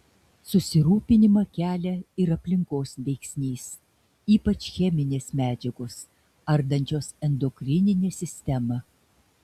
susirūpinimą kelia ir aplinkos veiksnys ypač cheminės medžiagos ardančios endokrininę sistemą